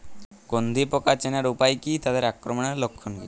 গন্ধি পোকা চেনার উপায় কী তাদের আক্রমণের লক্ষণ কী?